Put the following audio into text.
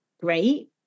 great